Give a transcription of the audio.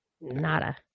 Nada